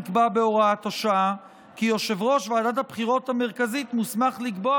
נקבע בהוראת השעה כי יושב-ראש ועדת הבחירות המרכזית מוסמך לקבוע